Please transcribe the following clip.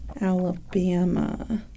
Alabama